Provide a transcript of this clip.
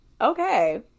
Okay